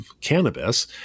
cannabis